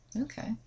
Okay